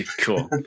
Cool